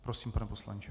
Prosím, pane poslanče.